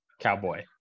Cowboy